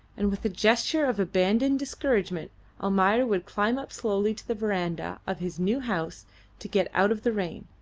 and with a gesture of abandoned discouragement almayer would climb up slowly to the verandah of his new house to get out of the rain,